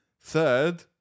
third